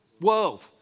world